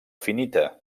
finita